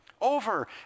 over